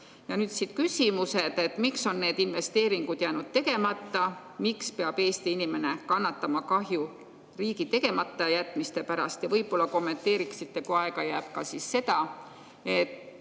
Nüüd küsimused. Miks on need investeeringud jäänud tegemata? Miks peab Eesti inimene kannatama kahju riigi tegematajätmiste pärast? Ja võib-olla kommenteeriksite, kui aega jääb, ka seda, et